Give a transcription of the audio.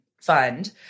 fund